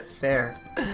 Fair